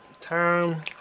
time